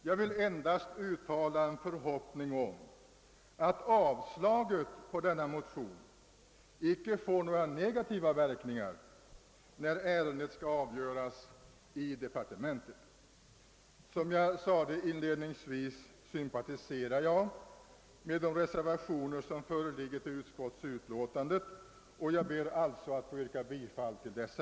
Jag vill endast uttala en förhoppning om att avslaget på denna motion icke får några negativa verkningar när ärendet skall avgöras i departementet. Som jag sade inledningsvis sympaltiserar jag med de reservationer som fogats till denna punkt i utskottsutlåtandet. Jag ber alliså att få yrka bifall till dessa.